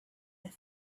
and